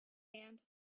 hand